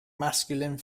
masculine